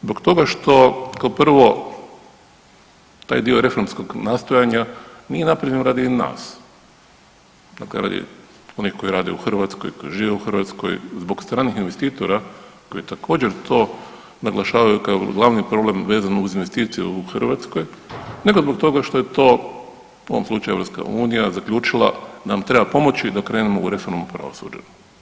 Zbog toga što, kao prvo, taj dio reformskog nastojanja nije napravljeno radi nas, dakle radi onih koji rade u Hrvatskoj, žive u Hrvatskoj, zbog stranih investitora koji također, to naglašavaju kao glavni problem vezano uz investiciju u Hrvatskoj, nego zbog toga što je to, u ovom slučaju, EU, zaključila da nam treba pomoći da krenemo u reformu pravosuđa.